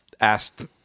asked